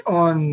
on